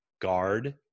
guard